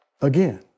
again